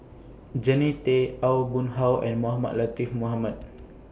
Jannie Tay Aw Boon Haw and Mohamed Latiff Mohamed